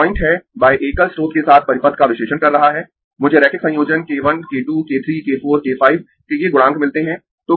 point है एकल स्रोत के साथ परिपथ का विश्लेषण कर रहा है मुझे रैखिक संयोजन k 1 k 2 k 3 k 4 k 5 के ये गुणांक मिलते है